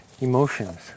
emotions